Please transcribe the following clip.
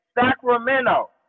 Sacramento